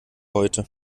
heute